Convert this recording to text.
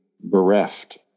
bereft